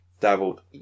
Dabbled